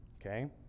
Okay